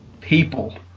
People